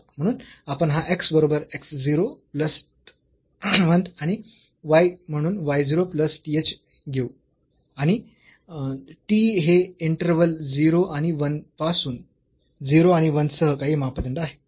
म्हणून आपण हा x बरोबर x 0 प्लस th आणि y म्हणून y 0 प्लस th घेऊ आणि t हे इंटर्व्हल 0 आणि 1 पासून 0 आणि 1 सह काही मापदंड आहे